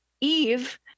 Eve